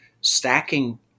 stacking